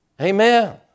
Amen